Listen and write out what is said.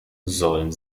sollen